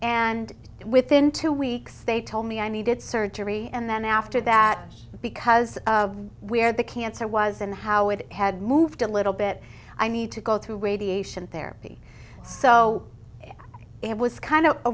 and within two weeks they told me i needed surgery and then after that because of where the cancer was and how it had moved a little bit i need to go through radiation therapy so it was kind of a